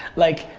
like,